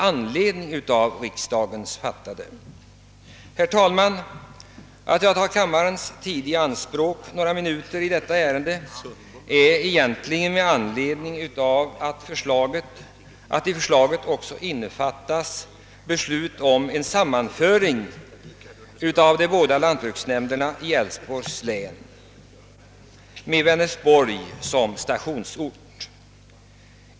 Herr talman! Att jag tar kammarens tid i anspråk några minuter i detta ärende beror egentligen på att i förslaget också innefattas beslut om ett sammanförande av de båda lantbruksnämnderna i Älvsborgs län med Vänersborg som stationsort.